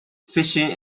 fishing